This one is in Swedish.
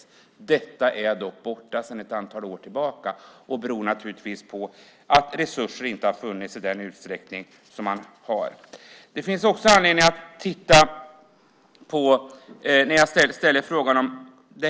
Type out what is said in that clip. Så är emellertid inte längre fallet sedan ett antal år tillbaka, vilket naturligtvis beror på att det inte finns resurser i samma utsträckning. Det finns också anledning att titta på smittskyddslagen, som jag frågat om.